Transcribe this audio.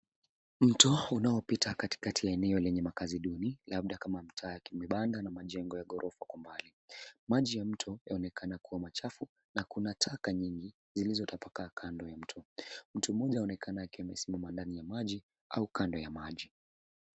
Mto unao pita katikati ya eneo la makazi duni labda kama mitaa ya kimabanda na majengo ya ghorofa kwa umbali. Maji ya mto yaonekana kuwa machafu na kuna taka nyingi zilizo tapakaa kando ya mto. Mtu mmoja aonekana akiwa amesimama ndani ya maji au kando ya maji.